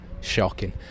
Shocking